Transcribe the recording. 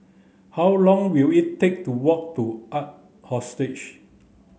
how long will it take to walk to Ark